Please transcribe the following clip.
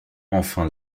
enfin